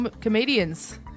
comedians